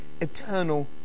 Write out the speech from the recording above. eternal